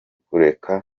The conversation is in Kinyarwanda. kureka